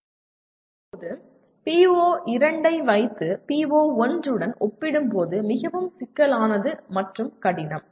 இப்போது PO2 வை PO1 உடன் ஒப்பிடும்போது மிகவும் சிக்கலானது மற்றும் கடினம்